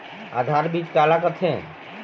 आधार बीज का ला कथें?